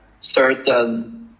certain